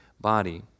body